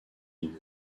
unis